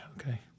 okay